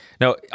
No